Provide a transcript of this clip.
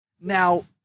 Now-